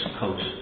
coast